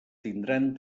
tindran